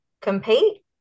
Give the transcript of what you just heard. compete